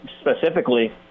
specifically